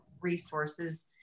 Resources